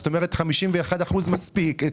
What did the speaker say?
זאת אומרת ש-51% מספיק.